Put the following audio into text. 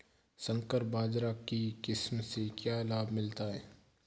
संकर बाजरा की किस्म से क्या लाभ मिलता है?